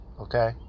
okay